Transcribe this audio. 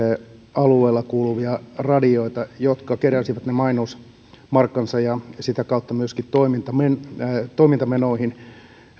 alueella kuuluvia radioita jotka keräsivät mainosmarkkansa ja sitä kautta myöskin toimintamenoihin toimintamenoihin